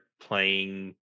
playing